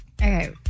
Okay